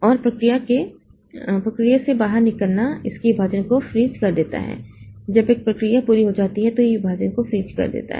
और प्रक्रिया से बाहर निकलना इसके विभाजन को फ्रीज कर देता है जब एक प्रक्रिया पूरी हो जाती है तो यह विभाजन को फ्रीज कर देता है